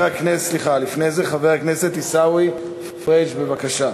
סליחה, לפני כן, חבר הכנסת עיסאווי פריג', בבקשה.